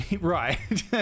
Right